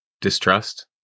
Distrust